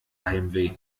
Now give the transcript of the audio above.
heimweh